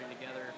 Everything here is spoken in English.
together